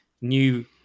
new